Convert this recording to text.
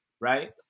right